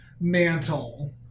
mantle